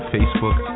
Facebook